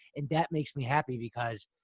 and that makes me happy because